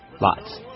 Lots